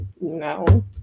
no